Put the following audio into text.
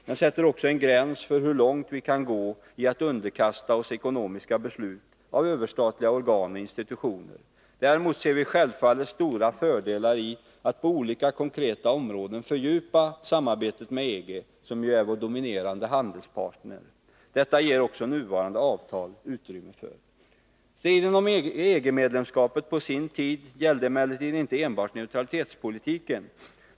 Den sätter också en gräns för hur långt vi kan gå i att underkasta oss ekonomiska beslut av överstatliga organ och institutioner. Däremot ser vi självfallet stora fördelar i att på olika konkreta områden fördjupa samarbetet med EG, som ju är vår dominerande handelspartner. Detta ger också nuvarande avtal utrymme för. Striden kring EG-medlemskapet på sin tid gällde emellertid inte enbart neutralitetspolitiken.